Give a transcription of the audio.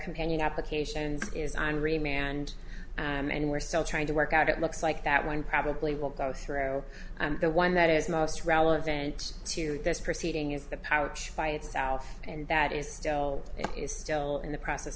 companion applications is on remain and and we're still trying to work out it looks like that one probably will go through and the one that is most relevant to this proceeding is the pouch by itself and that is still is still in the process